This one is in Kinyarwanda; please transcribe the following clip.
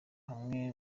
hamwe